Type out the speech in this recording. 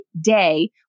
day